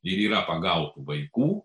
ir yra pagautų vaikų